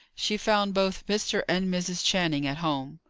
she found both mr. and mrs. channing at home.